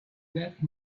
that